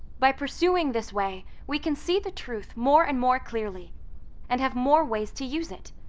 by pursuing this way, we can see the truth more and more clearly and have more ways to use it.